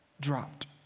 dropped